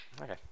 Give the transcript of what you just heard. Okay